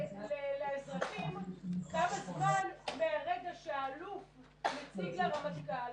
לאזרחים כמה זמן מרגע שהאלוף מציג לרמטכ"ל,